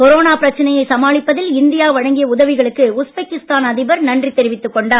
corona பிரச்சனையை சமாளிப்பதில் India வழங்கிய உதவிகளுக்கு உஸ்பெக்கிஸ்தான் அதிபர் நன்றி தெரிவித்துக் கொண்டார்